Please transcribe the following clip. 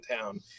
town